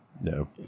No